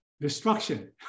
destruction